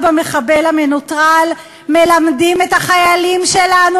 במחבל המנוטרל מלמדים את החיילים שלנו,